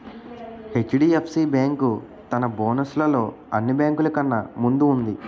HDFC bank తన bonus లలో అన్ని బేంకులు కన్నా ముందు వుంది